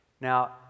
Now